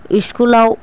स्कुलाव